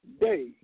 day